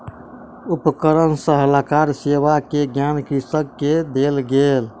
उपकरण सलाहकार सेवा के ज्ञान कृषक के देल गेल